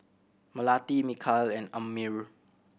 Melati Mikhail and Ammir